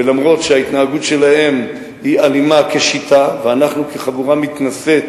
ואף-על-פי שההתנהגות שלהם היא אלימה כשיטה ואנחנו כחבורה מתנשאת